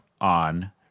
on